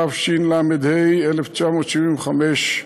התשל"ה 1975,